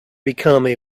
become